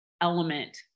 element